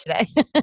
today